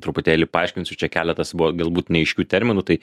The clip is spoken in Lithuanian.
truputėlį paaiškinsiu čia keletas buvo galbūt neaiškių terminų tai